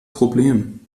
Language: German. problem